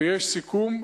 ויש סיכום.